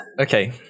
Okay